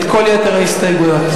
את כל יתר ההסתייגויות.